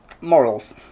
Morals